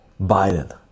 Biden